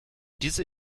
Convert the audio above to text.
diese